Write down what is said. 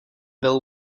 bill